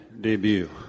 debut